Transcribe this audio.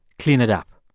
clean it up.